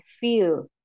feel